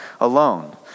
alone